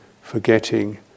forgetting